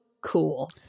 cool